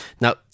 Now